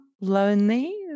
lonely